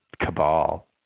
cabal